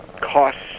costs